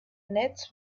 nets